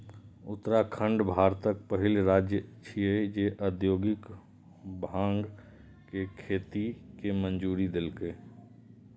उत्तराखंड भारतक पहिल राज्य छियै, जे औद्योगिक भांग के खेती के मंजूरी देलकै